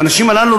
והאנשים הללו,